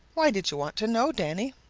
why did you want to know, danny?